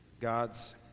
God's